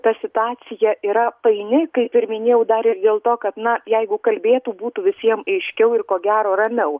ta situacija yra paini kaip ir minėjau dar ir dėl to kad na jeigu kalbėtų būtų visiems aiškiau ir ko gero ramiau